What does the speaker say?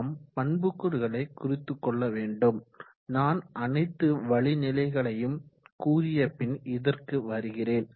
நாம் பண்புக்கூறுகளை குறித்து கொள்ள வேண்டும் நான் அனைத்து வழிநிலைகளையும் கூறியபின் இதற்கு வருகிறேன்